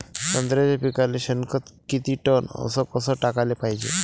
संत्र्याच्या पिकाले शेनखत किती टन अस कस टाकाले पायजे?